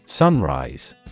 Sunrise